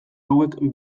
hauek